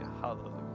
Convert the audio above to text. Hallelujah